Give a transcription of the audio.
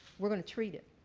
we're going to treat it.